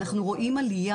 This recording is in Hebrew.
אנחנו רואים עלייה,